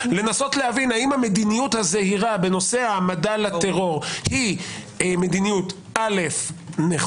לנסות להבין האם המדיניות הזהירה בנושא העמדה לטרור היא מדיניות נכונה,